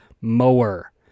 mower